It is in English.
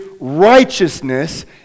righteousness